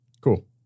cool